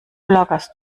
lagerst